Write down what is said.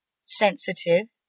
sensitive